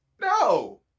No